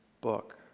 book